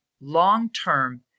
long-term